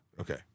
Okay